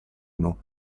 uno